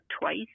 twice